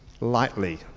lightly